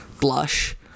blush